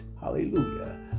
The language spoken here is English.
hallelujah